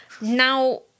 now